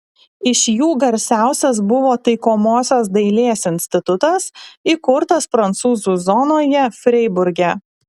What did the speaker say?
iš jų garsiausias buvo taikomosios dailės institutas įkurtas prancūzų zonoje freiburge